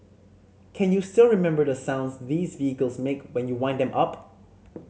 can you still remember the sounds these vehicles make when you wind them up